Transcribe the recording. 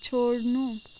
छोड्नु